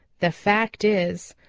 the fact is,